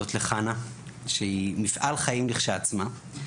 להודות לחנה שהיא מפעל חיים לכשעצמה,